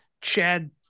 Chad